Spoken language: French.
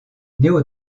néo